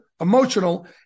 emotional